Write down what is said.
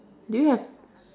do you have